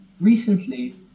recently